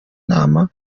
inama